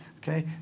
Okay